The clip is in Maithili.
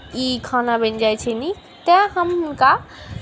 ई खाना बनि जाइत छै नीक तैँ हम हुनका